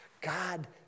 God